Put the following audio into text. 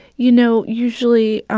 you know, usually,